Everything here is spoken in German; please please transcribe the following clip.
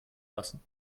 lassen